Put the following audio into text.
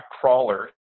crawler